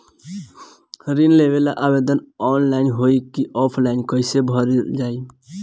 ऋण लेवेला आवेदन ऑनलाइन होई की ऑफलाइन कइसे भरल जाई?